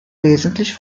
wesentlich